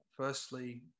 Firstly